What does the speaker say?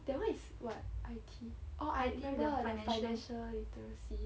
that one is what I_T orh I_T 那个 financial literacy